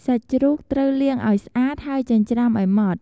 សាច់ជ្រូកត្រូវលាងឲ្យស្អាត ហើយចិញ្ច្រាំឲ្យម៉ត់។